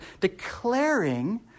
declaring